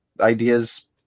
ideas